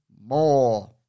more